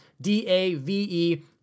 D-A-V-E